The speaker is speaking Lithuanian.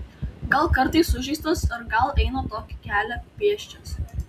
gal kartais sužeistas ar gal eina tokį kelią pėsčias